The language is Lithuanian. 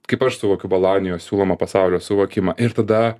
kaip aš suvokiu bolonijo siūlomą pasaulio suvokimą ir tada